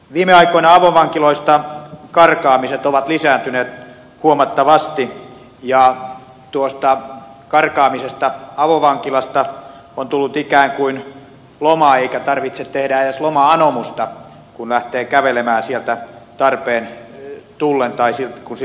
viime aikoina avovankiloista karkaamiset ovat lisääntyneet huomattavasti ja tuosta karkaamisesta avovankilasta on tullut ikään kuin loma josta ei tarvitse tehdä edes loma anomusta kun lähtee kävelemään sieltä tarpeen tulleen tai kun siltä tuntuu